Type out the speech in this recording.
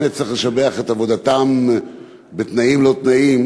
שבאמת צריך לשבח את עבודתם בתנאים לא תנאים,